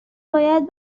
باید